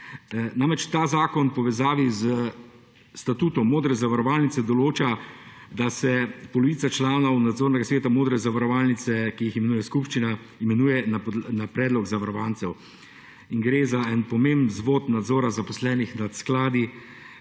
Namreč, ta zakon v povezavi s statutom Modre zavarovalnice določa, da se polovica članov nadzornega sveta Modre zavarovalnice, ki jih imenuj skupščina, imenuje na predlog zavarovancev. In gre za en pomemben vzvod nadzora zaposlenih nad skladi